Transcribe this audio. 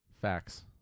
Facts